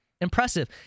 impressive